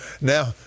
Now